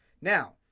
now